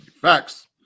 Facts